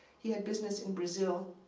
he had business in brazil.